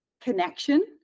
connection